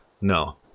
No